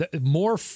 More